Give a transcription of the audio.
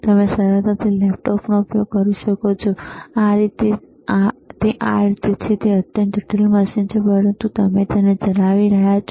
તમે સરળતાથી લેપટોપનો ઉપયોગ કરી શકો છો તે આ રીતે છે તે અત્યંત જટિલ મશીન છે પરંતુ તમે તેને ચલાવી રહ્યા છો